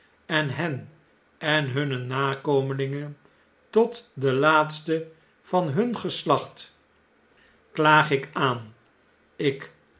en hen en hunne nakomelingen tot den laatsten van nun geslacht klaag ik aan ik